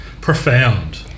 Profound